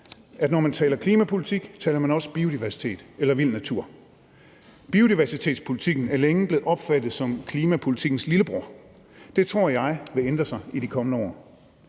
at når man taler klimapolitik, taler man også biodiversitet eller vild natur. Biodiversitetspolitikken er længe blevet opfattet som klimapolitikkens lillebror – det tror jeg vil ændre sig i de kommende år.